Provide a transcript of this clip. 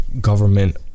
government